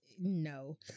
No